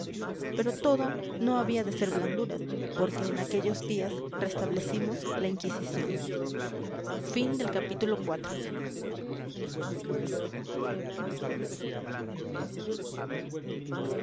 pero todo no había de ser blanduras porque en aquellos días restablecimos la inquisición